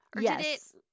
Yes